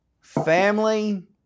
family